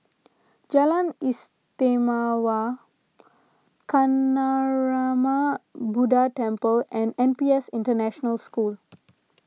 Jalan Istimewa Kancanarama Buddha Temple and N P S International School